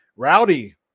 Rowdy